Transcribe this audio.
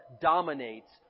dominates